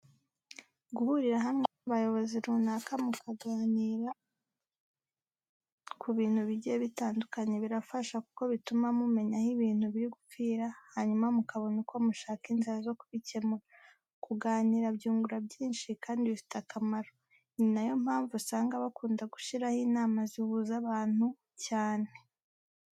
Guhurira hamwe nk'abayobozi runaka mukaganira ku bintu bigiye bitandukanye, birafasha kuko bituma mumenya aho ibintu biri gupfira hanyuma mukabona uko mushaka inzira zo kubikemura. Kuganira byungura byinshi kandi bifite akamaro, ni na yo mpamvu usanga bakunda gushyiraho inama zihuza abantu cyane.